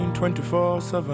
24/7